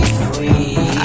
free